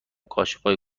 کاشفای